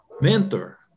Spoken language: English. Mentor